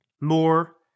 more